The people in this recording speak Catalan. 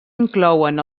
inclouen